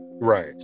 right